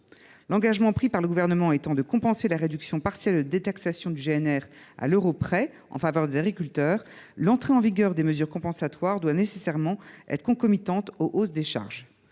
L’engagement pris par le Gouvernement étant de compenser la réduction partielle de la détaxation du GNR « à l’euro près » en faveur des agriculteurs, l’entrée en vigueur des mesures compensatoires doit nécessairement être concomitante aux hausses de charges.